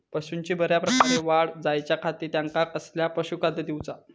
पशूंची बऱ्या प्रकारे वाढ जायच्या खाती त्यांका कसला पशुखाद्य दिऊचा?